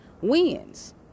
wins